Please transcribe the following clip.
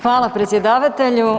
Hvala, predsjedavatelju.